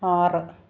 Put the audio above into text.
ആറ്